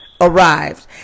arrived